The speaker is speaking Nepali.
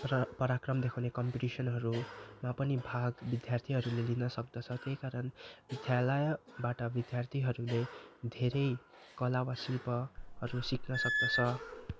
परा पराक्रम देखाउने कम्पिटिसनहरूमा पनि भाग विद्यार्थीहरूले लिन सक्दछ त्यही कारण विद्यालयबाट विद्यार्थीहरूले धेरै कला वा शिल्पहरू सिक्न सक्दछ